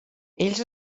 ells